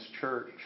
church